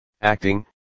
acting